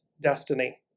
destiny